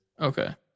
Okay